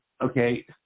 Okay